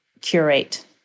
curate